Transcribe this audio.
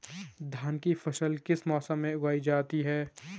धान की फसल किस मौसम में उगाई जाती है?